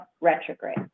retrograde